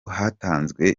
hatanzwe